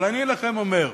אבל אני לכם אומר,